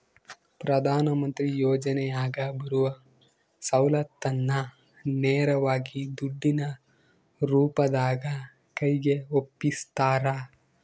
ಪ್ರಧಾನ ಮಂತ್ರಿ ಯೋಜನೆಯಾಗ ಬರುವ ಸೌಲತ್ತನ್ನ ನೇರವಾಗಿ ದುಡ್ಡಿನ ರೂಪದಾಗ ಕೈಗೆ ಒಪ್ಪಿಸ್ತಾರ?